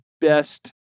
best